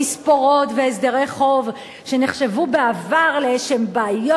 תספורות והסדרי חוב שנחשבו בעבר לאיזשהן בעיות